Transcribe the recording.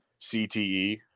CTE